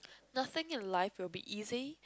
nothing in life will be easy